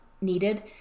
needed